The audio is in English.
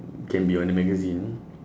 can be on the magazine